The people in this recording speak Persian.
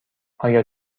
آیا